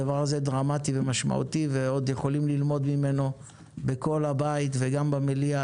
הדבר הזה דרמטי ומשמעותי ועוד יכולים ללמוד ממנו בכל הבית וגם במליאה,